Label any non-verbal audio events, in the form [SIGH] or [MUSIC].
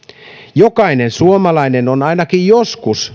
jokainen suomalainen on ainakin joskus [UNINTELLIGIBLE]